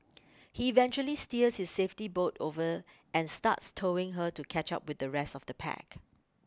he eventually steers his safety boat over and starts towing her to catch up with the rest of the pack